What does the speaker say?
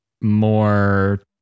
more